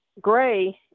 gray